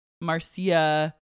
Marcia